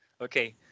Okay